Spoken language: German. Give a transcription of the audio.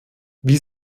wie